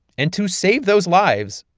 and to save those lives,